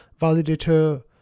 validator